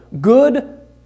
Good